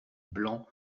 blancs